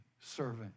servant